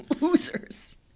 Losers